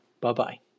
Bye-bye